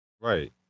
Right